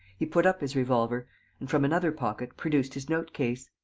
he put up his revolver and, from another pocket, produced his note-case.